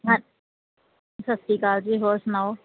ਹਾਂ ਸਤਿ ਸ਼੍ਰੀ ਅਕਾਲ ਜੀ ਹੋਰ ਸੁਣਾਓ